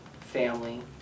family